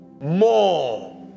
more